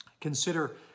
Consider